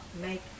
make